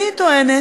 אני טוענת,